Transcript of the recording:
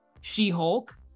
She-Hulk